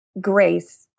grace